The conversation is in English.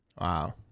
Wow